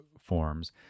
forms